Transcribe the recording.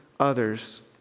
others